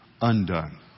undone